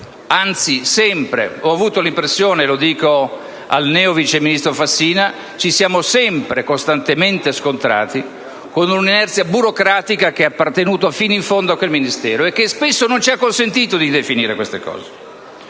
sia sempre accaduto; anzi, lo dico al neo vice ministro Fassina, ci siamo costantemente scontrati con un'inerzia burocratica che è appartenuta fino in fondo a quel Ministero, e che spesso non ci ha consentito di definire questi temi.